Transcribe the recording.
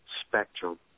spectrum